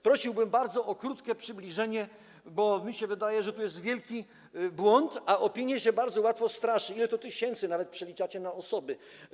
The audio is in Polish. Prosiłbym bardzo o krótkie przybliżenie, bo mi się wydaje, że tu jest wielki błąd, a opinię się bardzo łatwo straszy, ile to tysięcy, a nawet przeliczacie to na osoby.